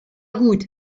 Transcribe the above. gut